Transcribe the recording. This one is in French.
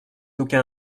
aucun